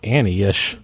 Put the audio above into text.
Annie-ish